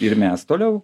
ir mes toliau